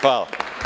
Hvala.